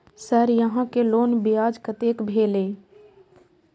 Sir यहां के loan ब्याज कतेक भेलेय?